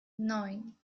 neun